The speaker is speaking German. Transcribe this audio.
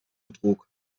betrug